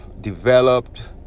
developed